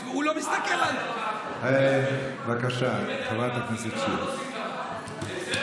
הוא לא מסתכל על, אצלנו לא עושים כך, בבקשה.